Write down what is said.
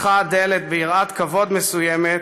נפתחה הדלת ביראת כבוד מסוימת,